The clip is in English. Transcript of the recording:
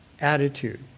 attitude